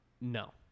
No